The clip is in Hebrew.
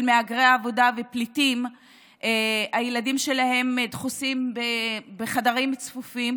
מהגרי עבודה ופליטים דחוסים בחדרים צפופים,